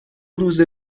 روزه